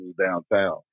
downtown